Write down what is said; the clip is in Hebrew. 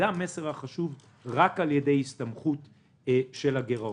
זה המסר החשוב רק על-ידי הסתמכות של הגירעון.